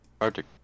Arctic